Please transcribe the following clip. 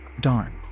Darn